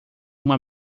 uma